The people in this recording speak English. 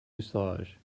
massage